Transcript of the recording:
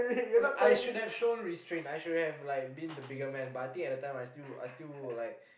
okay I should have shown restraint I should have like been the bigger man but at that point in time I still I still like